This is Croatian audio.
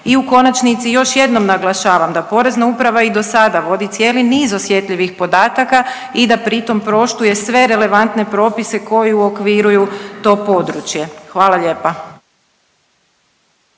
I u konačnici još jednom naglašavam da Porezna uprava i do sada vodi cijeli niz osjetljivih podataka i da pri tom poštuje sve relevantne propise koji uokviruju to područje. Hvala lijepa.